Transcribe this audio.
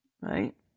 Right